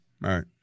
Right